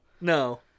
No